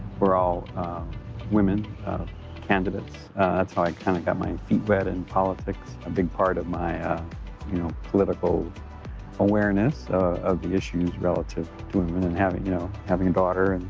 were all women candidates. that's how i kind of got my feet wet in politics, a big part of my ah you know political awareness of the issues relative to women and having you know a daughter. and